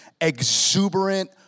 exuberant